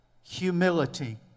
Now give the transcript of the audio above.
Humility